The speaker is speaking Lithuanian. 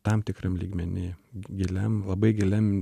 tam tikram lygmeny giliam labai giliam